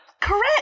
Correct